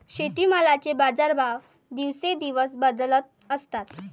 शेतीमालाचे बाजारभाव दिवसेंदिवस बदलत असतात